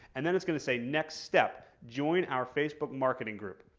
and then it's going to say next step join our facebook marketing group.